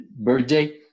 birthday